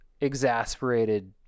exasperated